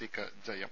സിക്ക് ജയം